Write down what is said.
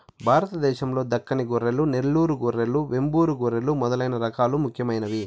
భారతదేశం లో దక్కని గొర్రెలు, నెల్లూరు గొర్రెలు, వెంబూరు గొర్రెలు మొదలైన రకాలు ముఖ్యమైనవి